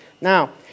Now